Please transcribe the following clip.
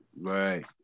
Right